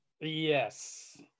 Yes